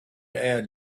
add